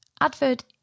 advert